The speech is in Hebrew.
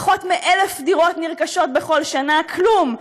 פחות מ-1,000 דירות נרכשות בכל שנה, כלום.